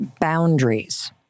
boundaries